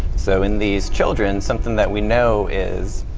so in these children, something that we know is